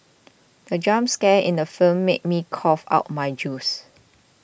the jump scare in the film made me cough out my juice